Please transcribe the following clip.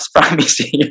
promising